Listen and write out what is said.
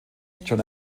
john